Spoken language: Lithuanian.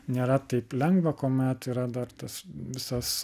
nėra taip lengva kuomet yra dar tas visas